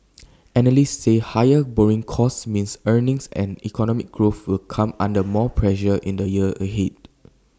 analysts say higher borrowing costs mean earnings and economic growth will come under more pressure in the year ahead